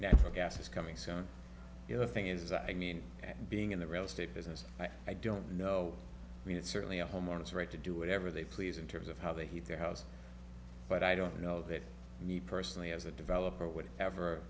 natural gas is coming so you know thing is i mean being in the real estate business i don't know it's certainly a homeowner's right to do whatever they please in terms of how they heat their house but i don't know that me personally as a developer would ever